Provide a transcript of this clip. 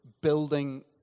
building